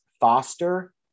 Foster